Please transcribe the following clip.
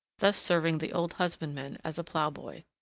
thus serving the old husbandman as ploughboy.